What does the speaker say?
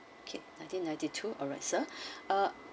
okay nineteen ninety two alright sir ah